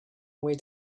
way